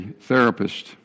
therapist